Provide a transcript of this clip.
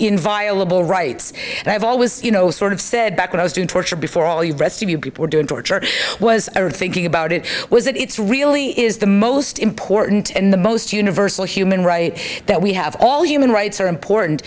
inviolable rights and i've always you know sort of said back when i was doing torture before all the rest of you people were doing torture was or thinking about it was that it's really is the most important and the most universal human right that we have all human rights are important